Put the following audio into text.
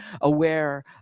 aware